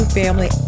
family